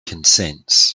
consents